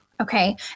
Okay